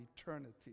eternity